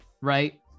right